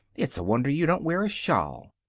it's a wonder you don't wear a shawl!